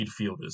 midfielders